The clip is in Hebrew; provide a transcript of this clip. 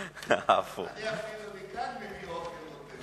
מביא אוכל אותנטי.